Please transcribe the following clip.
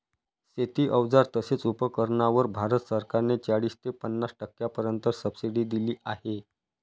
शेती अवजार तसेच उपकरणांवर भारत सरकार ने चाळीस ते पन्नास टक्क्यांपर्यंत सबसिडी दिली आहे